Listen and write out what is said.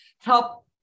help